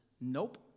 Nope